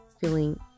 feeling